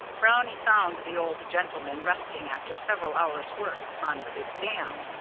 brownie found the old gentleman resting after several hours' work upon the big dam.